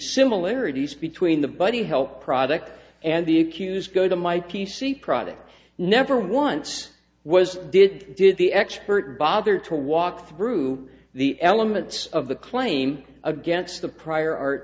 similarities between the buddy help product and the accused go to my p c product never once was did did the expert bother to walk through the elements of the claim against the prior art